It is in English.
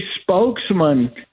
spokesman